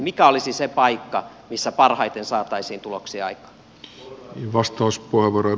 mikä olisi se paikka missä parhaiten saataisiin tuloksia aikaan